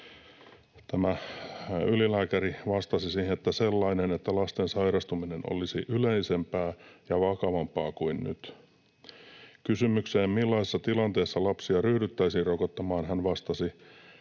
Tämä ylilääkäri vastasi siihen, että ”sellainen, että lasten sairastuminen olisi yleisempää ja vakavampaa kuin nyt”. Kysymykseen, millaisessa tilanteessa lapsia ryhdyttäisiin rokottamaan, hän vastasi: